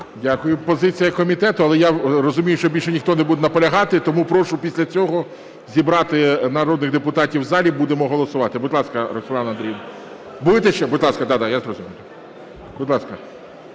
Дякую. Позиція комітету. Але я розумію, що більше ніхто не буде наполягати тому прошу після цього зібрати народних депутатів в залі, будемо голосувати. Будь ласка, Роксолана Андріївна. Будете ще? Будь ласка. Я розумів. Будь ласка.